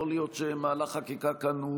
יכול להיות שמהלך חקיקה כאן הוא